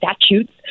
statutes